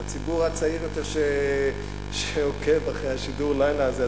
לציבור הצעיר יותר שעוקב אחרי שידור הלילה הזה,